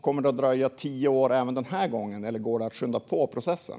Kommer det att dröja tio år även den här gången, eller går det att skynda på processen?